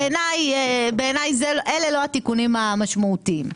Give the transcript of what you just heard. בעיניי, אילו לא התיקונים המשמעותיים.